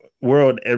world